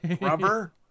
rubber